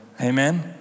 Amen